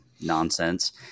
nonsense